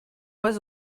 was